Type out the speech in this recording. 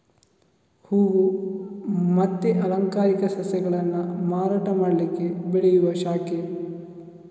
ಹೂವು ಮತ್ತೆ ಅಲಂಕಾರಿಕ ಸಸ್ಯಗಳನ್ನ ಮಾರಾಟ ಮಾಡ್ಲಿಕ್ಕೆ ಬೆಳೆಯುವ ಶಾಖೆ